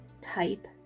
type